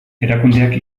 erakundeak